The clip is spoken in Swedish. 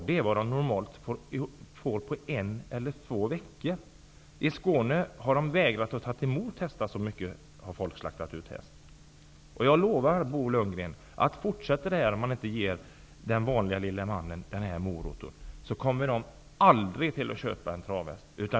Det är vad man normalt får in på en eller två veckor. I Skåne vägrar man på slakteriet att ta emot hästar i den utsträckning man blir erbjuden. Jag lovar, Bo Lundgren, att om detta fortsätter och man inte ger den vanliga lilla mannen den här moroten kommer han aldrig att köpa en travhäst.